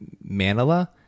manila